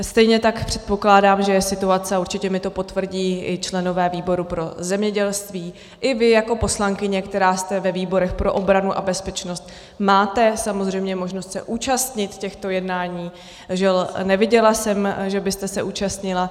Stejně tak, a určitě mi to potvrdí i členové výboru pro zemědělství, i vy jako poslankyně, která jste ve výboru pro obranu a bezpečnost, máte samozřejmě možnost se účastnit těchto jednání, žel neviděla jsem, že byste se účastnila.